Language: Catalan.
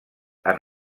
han